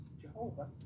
Jehovah